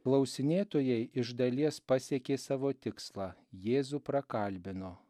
klausinėtojai iš dalies pasiekė savo tikslą jėzų prakalbino